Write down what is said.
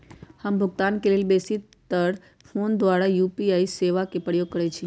हम भुगतान के लेल बेशी तर् फोन द्वारा यू.पी.आई सेवा के प्रयोग करैछि